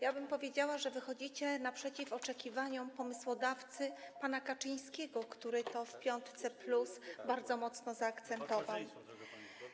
Ja bym powiedziała, że wychodzicie naprzeciw oczekiwaniom pomysłodawcy, pana Kaczyńskiego, który w piątce+ bardzo mocno to zaakcentował.